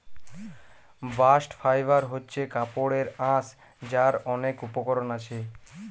bast fibre হচ্ছে কাপড়ের আঁশ যার অনেক উপকরণ আছে